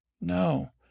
no